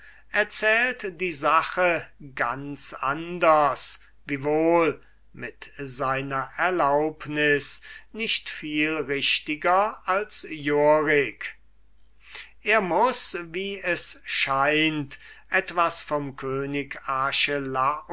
erzählt die sache ganz anders wiewohl mit seiner erlaubnis nicht viel richtiger als yorik er muß wie es scheint etwas vom könig